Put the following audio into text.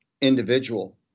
individual